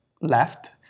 left